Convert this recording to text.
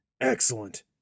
Excellent